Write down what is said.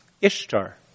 Ishtar